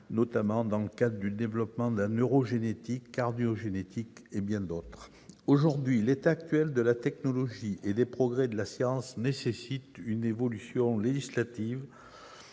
notamment dans le cadre du développement de la neurogénétique, de la cardiogénétique et de bien d'autres disciplines. L'état actuel de la technologie et les progrès de la science nécessitent une évolution législative,